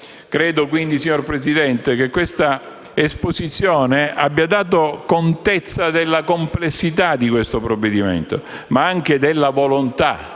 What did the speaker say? Credo, quindi, signor Presidente, che questa esposizione abbia dato contezza della complessità di questo provvedimento, ma anche della volontà